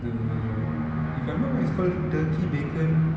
the if I'm not wrong it's called turkey bacon